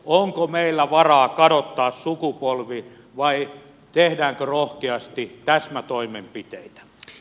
onko meillä varaa kadottaa sukupolvi vai tehdäänkö rohkeasti täsmätoimenpiteitä